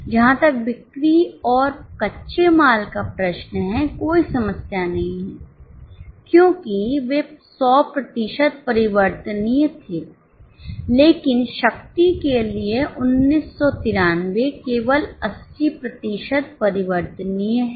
जहां तक बिक्री और कच्चे माल का प्रश्न है कोई समस्या नहीं है क्योंकि वे 100 प्रतिशत परिवर्तनीय थे लेकिन शक्ति के लिए 1993 केवल 80 प्रतिशत परिवर्तनीय है